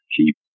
Keep